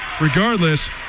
regardless